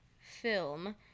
film